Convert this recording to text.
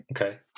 Okay